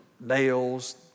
nails